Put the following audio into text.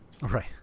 Right